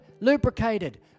lubricated